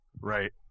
Right